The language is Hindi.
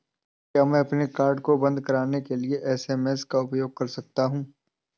क्या मैं अपने कार्ड को बंद कराने के लिए एस.एम.एस का उपयोग कर सकता हूँ?